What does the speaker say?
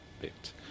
bit